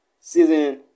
season